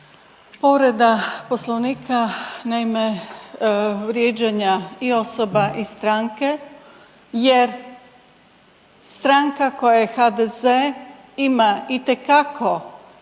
povreda Poslovnika naime vrijeđanja i osoba i stranke jer stanka koja je HDZ ima itekako